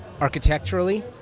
architecturally